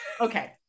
Okay